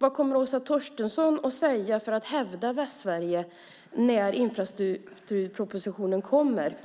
Vad kommer Åsa Torstensson att säga för att hävda Västsverige när infrastrukturpropositionen kommer?